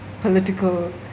political